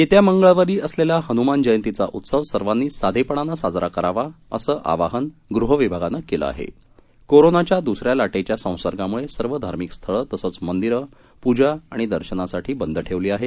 येत्या मंगळवारी असलेला हनुमान जयंतीचा उत्सव सर्वांनी साधेपणाने साजरा करावा साजरा करावा असं आवाहन गृह विभागानं केलं आहे कोरोनाच्या दुसऱ्या लाटेच्या संसर्गामुळे सर्व धार्मिक स्थळे तसंच मंदिर पूजा तसेच दर्शनासाठी बंद ठेवली आहेत